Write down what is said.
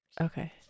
Okay